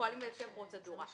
פועלים לפי הפרוצדורה.